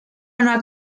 una